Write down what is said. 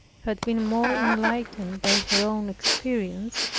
had been more enlightened by her own experience,